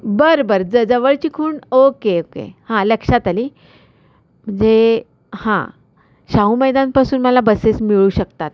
बर बर ज जवळची खूण ओके ओके हां लक्षात आली म्हणजे हां शाहू मैदानपासून मला बसेस मिळू शकतात